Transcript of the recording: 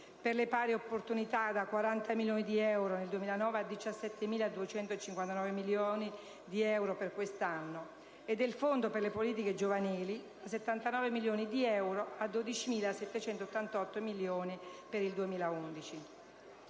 per le pari opportunità (da 40 milioni di euro nel 2009 ai 17,256 milioni di euro per quest'anno) e del Fondo per le politiche giovanili (da 79 milioni di euro a 12,788 milioni di euro per il 2011).